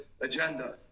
agenda